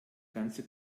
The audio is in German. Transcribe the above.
ganze